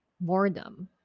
boredom